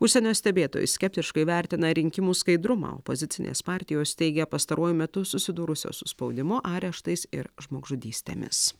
užsienio stebėtojai skeptiškai vertina rinkimų skaidrumą opozicinės partijos teigia pastaruoju metu susidūrusios su spaudimu areštais ir žmogžudystėmis